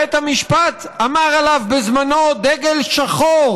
בית המשפט אמר עליו בזמנו: דגל שחור